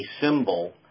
symbol